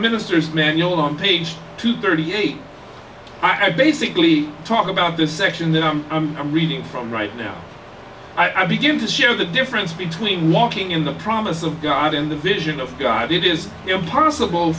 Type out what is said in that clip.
minister's manual on page two thirty eight i basically talk about this section that i'm reading from right now i begin to show the difference between walking in the promise of god and the vision of god it is impossible